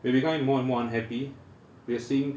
we're becoming more and more unhappy we're seeing